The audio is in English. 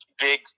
Big